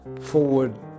Forward